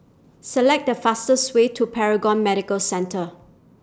Select The fastest Way to Paragon Medical Centre